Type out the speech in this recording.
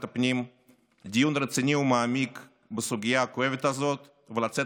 הפנים דיון רציני ומעמיק בסוגיה הכואבת הזאת ולצאת